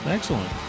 Excellent